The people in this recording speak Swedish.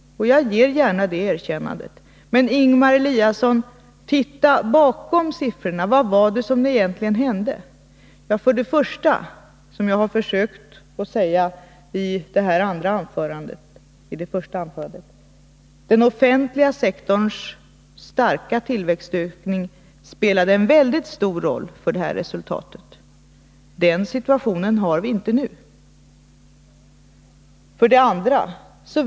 Jag ger gärna det erkännandet, men uppmanar samtidigt Ingemar Eliasson: Titta bakom siffrorna! Vad var det som egentligen hände? För det första: Den offentliga sektorns starka tillväxt spelade en mycket stor roll för detta resultat. Den situationen har vi inte nu. Detta försökte jag säga redan i mitt första anförande.